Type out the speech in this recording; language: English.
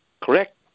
Correct